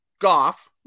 Goff